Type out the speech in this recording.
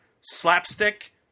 Slapstick